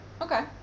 Okay